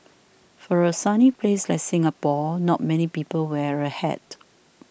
for a sunny place like Singapore not many people wear a hat